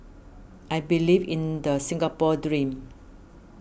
I believe in the Singapore dream